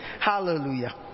hallelujah